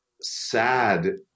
sad